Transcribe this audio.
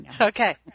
Okay